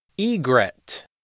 Egret